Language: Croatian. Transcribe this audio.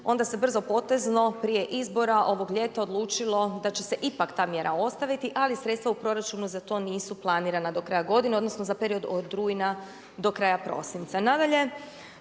onda se brzopotezno prije izbora ovog ljeta odlučilo da će se ipak ta mjera ostaviti ali sredstva u proračunu za to nisu planirana do kraja godine odnosno za period od rujna do kraja prosinca.